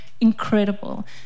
incredible